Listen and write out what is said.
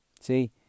See